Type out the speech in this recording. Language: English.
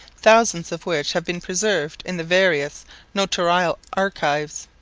thousands of which have been preserved in the various notarial archives.